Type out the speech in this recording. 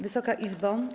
Wysoka Izbo!